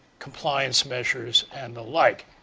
compliance measures and the like.